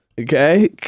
okay